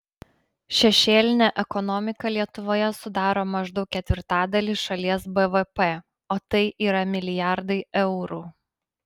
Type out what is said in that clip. šešėlinė ekonomika lietuvoje sudaro maždaug ketvirtadalį šalies bvp o tai yra milijardai eurų